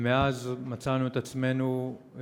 מאז מצאנו את עצמנו,